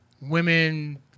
women